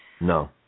No